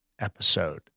episode